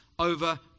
over